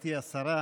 גברתי השרה,